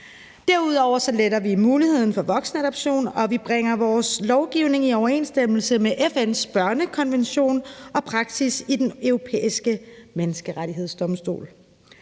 Derudover letter vi muligheden for voksenadoption, og vi bringer vores lovgivning i overensstemmelse med FN's børnekonvention og praksis i den europæiske menneskerettighedsdomstol.